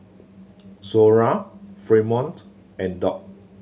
Zora Fremont and Doc